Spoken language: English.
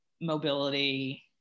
mobility